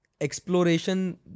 exploration